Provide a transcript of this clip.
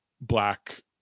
black